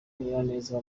nyiraneza